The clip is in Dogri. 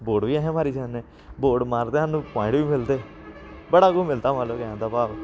वोट बी अस मारी सकने वोट मारदे सानूं प्वाइंट बी मिलदे बड़ा कुछ मिलदा मतलब कि आखने दा भाव